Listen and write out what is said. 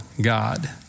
God